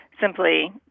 simply